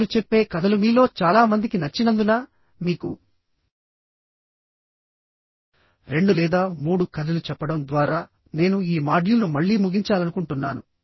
నేను చెప్పే కథలు మీలో చాలా మందికి నచ్చినందునమీకు రెండు లేదా మూడు కథలు చెప్పడం ద్వారా నేను ఈ మాడ్యూల్ను మళ్ళీ ముగించాలనుకుంటున్నాను